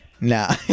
Nah